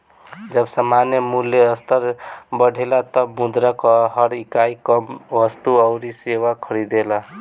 जब सामान्य मूल्य स्तर बढ़ेला तब मुद्रा कअ हर इकाई कम वस्तु अउरी सेवा खरीदेला